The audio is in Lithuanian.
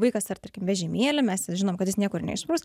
vaikas ar tarkim vežimėly mes žinom kad jis niekur neišsprūs